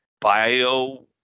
bio